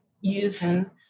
using